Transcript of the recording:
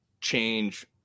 change